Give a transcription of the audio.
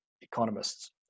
economists